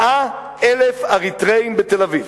100,000 אריתריאים בתל-אביב.